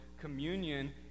communion